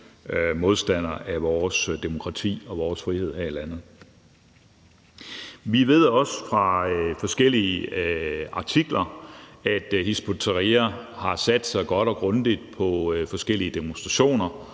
modstander af vores demokrati og vores frihed her i landet. Vi ved også fra forskellige artikler, at Hizb ut-Tahrir har sat sig godt og grundigt på forskellige demonstrationer,